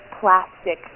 plastic